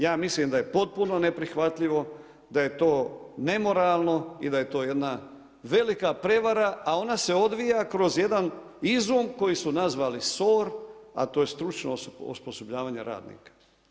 Ja mislim da je potpuno neprihvatljivo, da je to nemoralno i da je to jedna velika prevara a ona se odvija kroz jedan izum koji su nazvali SOR, a to je stručno osposobljavanje radnika.